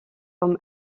comme